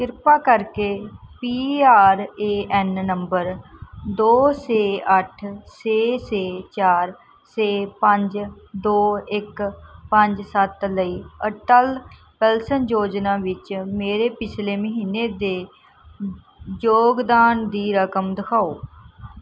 ਕਿਰਪਾ ਕਰਕੇ P R A N number ਦੋ ਛੇ ਅੱਠ ਛੇ ਛੇ ਚਾਰ ਛੇ ਪੰਜ ਦੋ ਇੱਕ ਪੰਜ ਸੱਤ ਲਈ ਅਟਲ ਪੈਨਸ਼ਨ ਯੋਜਨਾ ਵਿੱਚ ਮੇਰੇ ਪਿਛਲੇ ਮਹੀਨੇ ਦੇ ਯੋਗਦਾਨ ਦੀ ਰਕਮ ਦਿਖਾਓ